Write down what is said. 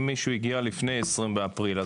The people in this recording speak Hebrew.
אם מישהו הגיע לפני 20 באפריל?